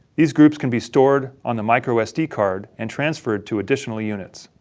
these groups can be stored on the microsd card and transferred to additional units.